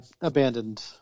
abandoned